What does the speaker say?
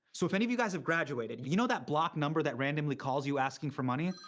so if any of you guys have graduated, you know that blocked number that randomly calls you, asking for money?